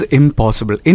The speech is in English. impossible